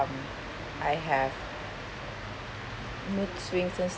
um I have mood swings and